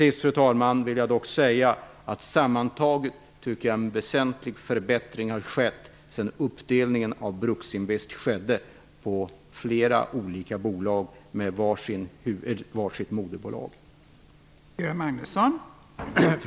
Till sist vill jag dock säga att det sammantaget har skett en väsentlig förbättring sedan uppdelningen av Bruksinvest på flera olika bolag med var sitt moderbolag kom till stånd.